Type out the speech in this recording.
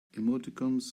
emoticons